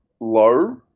low